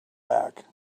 back